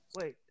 Wait